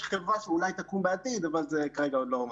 יש חברה שאולי תקום בעתיד אבל זה כרגע עוד לא מעשי.